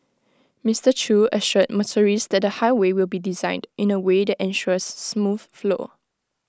Mister chew assured motorists that the highway will be designed in A way that ensures smooth flow